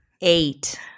eight